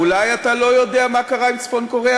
אולי אתה לא יודע מה קרה עם צפון-קוריאה,